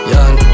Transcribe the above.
Young